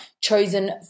chosen